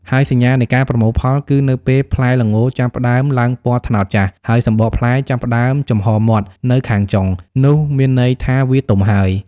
ហើយសញ្ញានៃការប្រមូលផល គឺនៅពេលផ្លែល្ងចាប់ផ្ដើមឡើងពណ៌ត្នោតចាស់ ហើយសំបកផ្លែចាប់ផ្ដើមចំហមាត់នៅខាងចុង នោះមានន័យថាវាទុំហើយ។